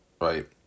Right